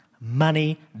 Money